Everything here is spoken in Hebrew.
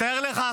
תאר לך,